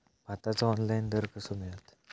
भाताचो ऑनलाइन दर कसो मिळात?